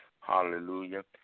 Hallelujah